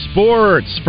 Sports